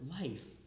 life